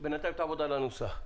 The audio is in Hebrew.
בינתיים, תעבוד על הנוסח.